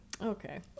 Okay